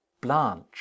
Blanche